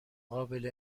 قابل